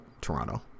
toronto